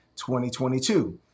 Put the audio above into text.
2022